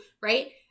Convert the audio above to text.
right